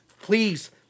Please